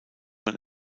man